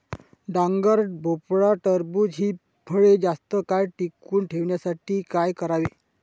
डांगर, भोपळा, टरबूज हि फळे जास्त काळ टिकवून ठेवण्यासाठी काय करावे?